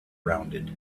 rounded